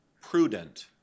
prudent